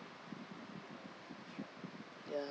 ya